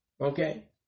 okay